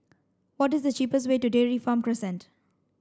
what is the cheapest way to Dairy Farm Crescent